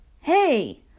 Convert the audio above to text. Hey